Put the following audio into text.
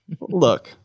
look